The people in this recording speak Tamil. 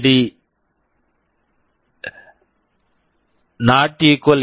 D LED